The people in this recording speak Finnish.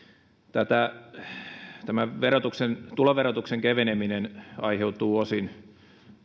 tämä tuloverotuksen keveneminen aiheutuu osin